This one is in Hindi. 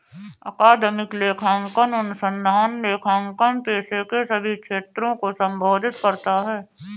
अकादमिक लेखांकन अनुसंधान लेखांकन पेशे के सभी क्षेत्रों को संबोधित करता है